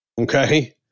Okay